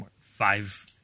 five